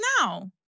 now